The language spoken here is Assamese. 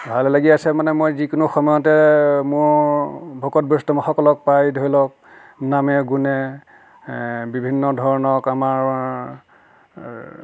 ভালে লাগি আছে মানে মই যিকোনো সময়তে মই ভকত বৈষ্ণৱসকলক পাই ধৰি লওক নামে গুণে বিভিন্ন ধৰণৰ কামা